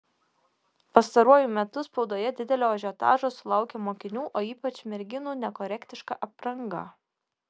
pastaruoju metu spaudoje didelio ažiotažo sulaukia mokinių o ypač merginų nekorektiška apranga